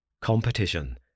competition